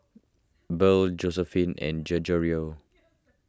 Burl Joseline and Gregorio